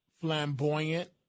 flamboyant